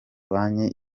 banki